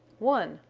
one!